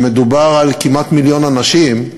שמדובר על כמעט מיליון אנשים,